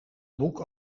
boek